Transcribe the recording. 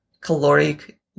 caloric